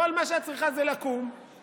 כל מה שאת צריכה זה לקום ולצאת.